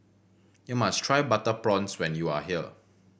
you must try butter prawns when you are here